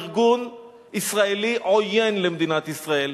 ארגון ישראלי עוין למדינת ישראל,